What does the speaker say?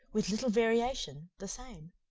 with little variation, the same.